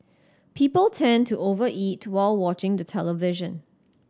people tend to over eat while watching the television